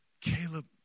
Caleb